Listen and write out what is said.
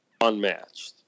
unmatched